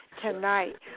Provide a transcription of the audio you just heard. tonight